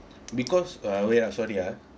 because uh wait ah sorry ah